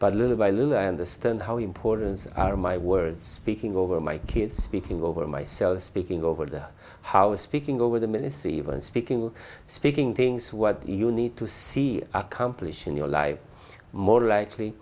but little by little i understand how important my words speaking over my kids speaking over myself speaking over the house speaking over the minutes even speaking to speaking things what you need to see accomplish in your life more